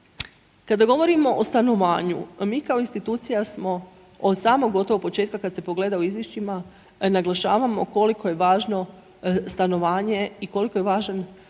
Kada govorimo o stanovanju mi kao institucija smo od samog gotovo početka kada se pogleda u izvješćima naglašavamo koliko je važno stanovanje i koliko je važan, bez